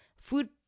food